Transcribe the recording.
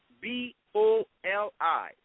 B-O-L-I